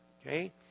Okay